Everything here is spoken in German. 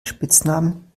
spitznamen